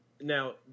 Now